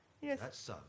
Yes